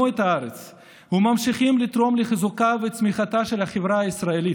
את הארץ וממשיכים לתרום לחיזוקה וצמיחתה של החברה הישראלית.